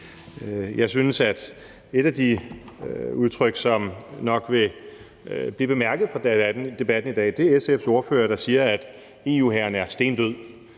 Jeg tror, at et af de udtryk, som nok vil blive bemærket fra debatten i dag, og som blev nævnt af SF's ordfører, er det med, at EU-hæren er stendød,